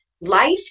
life